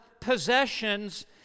possessions